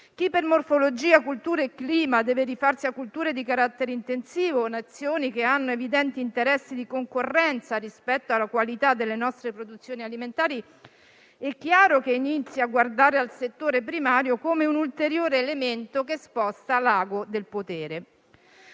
Chi per morfologia, cultura e clima deve rifarsi a colture di carattere intensivo e Nazioni che hanno evidenti interessi di concorrenza rispetto alla qualità delle nostre produzioni alimentari è chiaro che iniziano a guardare al settore primario come un ulteriore elemento che sposta l'ago del potere.